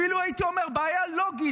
אפילו הייתי אומר בעיה לוגית,